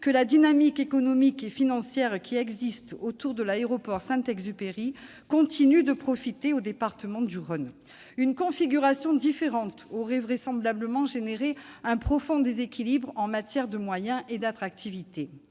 que la dynamique économique et financière existant autour de l'aéroport Lyon-Saint Exupéry continue de profiter au département du Rhône. Une configuration différente aurait vraisemblablement entraîné un profond déséquilibre en termes de moyens et d'attractivité.